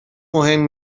مهم